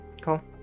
cool